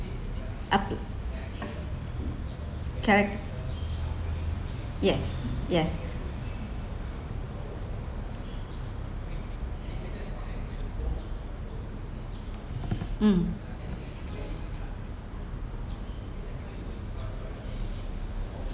uh charac~ yes yes um